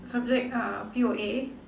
subject uh P_O_A